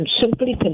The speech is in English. simply